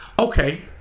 Okay